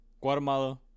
Guatemala